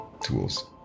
tools